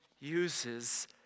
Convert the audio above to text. uses